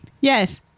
yes